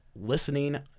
listening